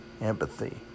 empathy